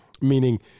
meaning